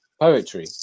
poetry